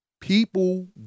people